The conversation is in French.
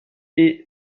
est